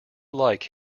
like